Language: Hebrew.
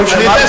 אתמול שמעתי,